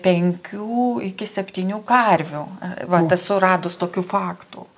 penkių iki septynių karvių vat esu radus tokių faktų